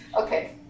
Okay